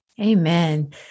Amen